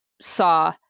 saw